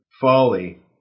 folly